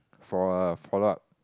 for a follow up